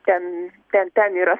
ten ten ten yra